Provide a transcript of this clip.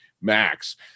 max